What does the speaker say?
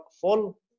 full